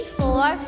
four